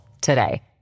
today